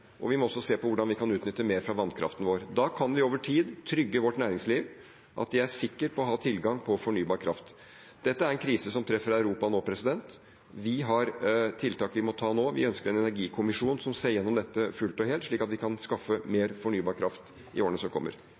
og en storstilt satsing på havvind. Vi må også se på hvordan vi kan utnytte mer av vannkraften vår. Da kan vi over tid trygge vårt næringsliv, slik at de er sikre på å ha tilgang på fornybar kraft. Dette er en krise som treffer Europa nå. Vi har tiltak vi må ta nå, vi ønsker en energikommisjon som ser gjennom dette fullt og helt, slik at vi kan skaffe mer fornybar kraft i årene som kommer.